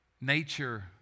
nature